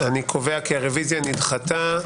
אני קובע כי הרוויזיה נדחתה,